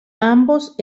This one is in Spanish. ambos